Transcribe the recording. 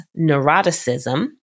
neuroticism